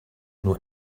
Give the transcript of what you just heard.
nur